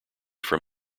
from